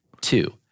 Two